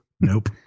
Nope